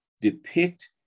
depict